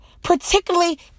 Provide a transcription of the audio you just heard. particularly